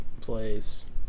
Place